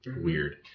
weird